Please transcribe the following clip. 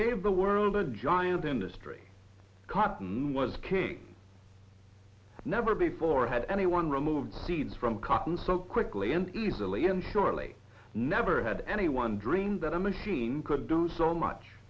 gave the world a giant industry cotton was king never before had anyone removed seeds from cotton so quickly and easily and surely never had anyone dreamed that a machine could do so much